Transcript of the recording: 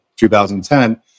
2010